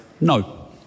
No